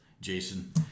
Jason